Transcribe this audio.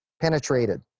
penetrated